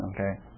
Okay